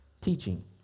teaching